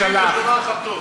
הנה, זה בא לך טוב.